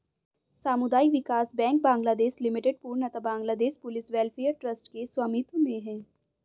सामुदायिक विकास bank Bangladesh limited पूर्णतः बांग्लादेश पुलिस वेलफेयर ट्रस्ट के स्वामित्व में है